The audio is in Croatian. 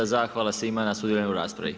Zahvala svima na sudjelovanju u raspravi.